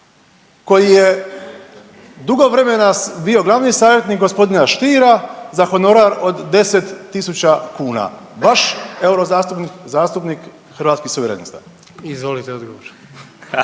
koji je dugo vremena bio glavni savjetnik gospodina Stiera za honorar od 10 tisuća kuna vaš euro zastupnik Hrvatskih suverenista? **Jandroković,